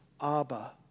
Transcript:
Abba